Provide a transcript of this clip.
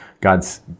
God's